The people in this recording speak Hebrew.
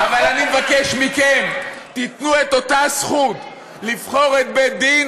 אבל אני מבקש מכם: תנו את אותה זכות לבחור את בית-הדין